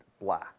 black